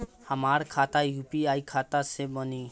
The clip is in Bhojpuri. हमार खाता यू.पी.आई खाता कइसे बनी?